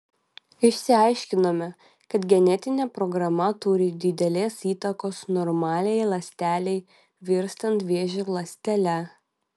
išsiaiškinome kad genetinė programa turi didelės įtakos normaliai ląstelei virstant vėžio ląstele